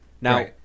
Now